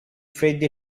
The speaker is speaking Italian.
freddi